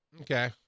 Okay